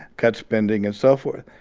cut spending and so forth.